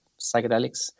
psychedelics